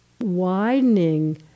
widening